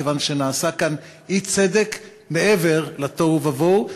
מכיוון שנעשה כאן אי-צדק מעבר לתוהו ובוהו.